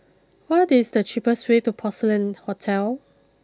what is the cheapest way to Porcelain Hotel